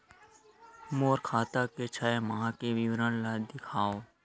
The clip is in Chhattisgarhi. मोर खाता के छः माह के विवरण ल दिखाव?